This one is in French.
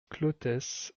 clotes